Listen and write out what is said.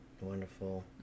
wonderful